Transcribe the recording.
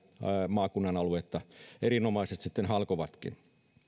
maakunnan aluetta erinomaisesti halkovatkin